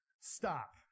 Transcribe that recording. Stop